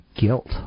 guilt